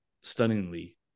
stunningly